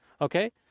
Okay